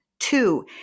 Two